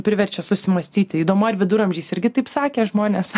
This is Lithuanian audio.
priverčia susimąstyti įdomu ar viduramžiais irgi taip sakė žmonės